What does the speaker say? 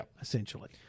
essentially